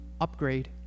upgrade